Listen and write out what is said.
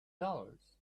dollars